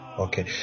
Okay